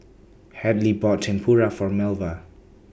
Hadley bought Tempura For Melva